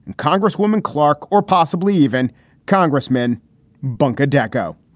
and congresswoman clarke or possibly even congressman bunker decco,